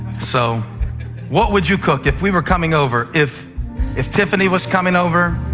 so what would you cook if we were coming over? if if tiffany was coming over,